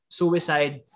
suicide